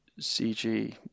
CG